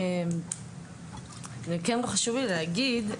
כן חשוב לי להגיד,